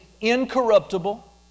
incorruptible